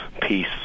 peace